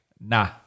Nah